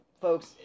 folks